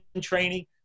training